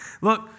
look